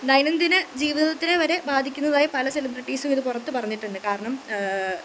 ദൈനം ദിന ജീവിതത്തിനെ വരെ ബാധിക്കുന്നതായി പല സെലിബ്രിട്ടീസും ഇത് പുറത്ത് പറഞ്ഞിട്ടുണ്ട് കാരണം